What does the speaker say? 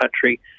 country